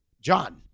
John